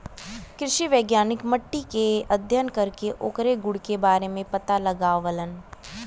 कृषि वैज्ञानिक मट्टी के अध्ययन करके ओकरे गुण के बारे में पता लगावलन